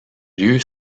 lieu